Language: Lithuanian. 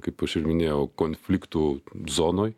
kaip aš ir minėjau konfliktų zonoj